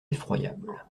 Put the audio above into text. effroyable